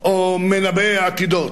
או מנבאי עתידות,